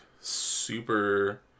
super